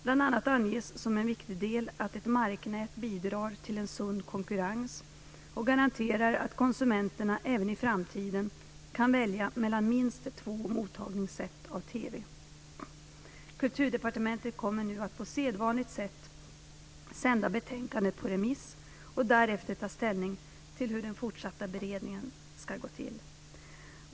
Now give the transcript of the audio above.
Bl.a. anges som en viktig del att ett marknät bidrar till en sund konkurrens och garanterar att konsumenterna även i framtiden kan välja mellan minst två mottagningssätt av TV. Kulturdepartementet kommer nu att på sedvanligt sätt sända betänkandet på remiss och därefter ta ställning till hur den fortsatta beredningen ska gå till.